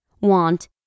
want